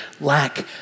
lack